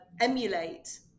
emulate